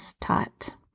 taught